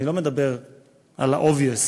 אני לא מדבר על ה-obvious,